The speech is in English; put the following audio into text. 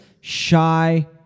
shy